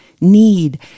need